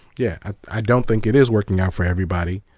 yeah ah i don't think it is working out for everybody.